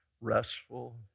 restful